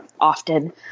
often